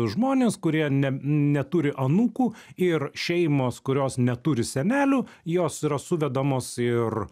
žmonės kurie ne neturi anūkų ir šeimos kurios neturi senelių jos yra suvedamos ir